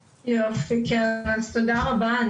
אז תודה רבה.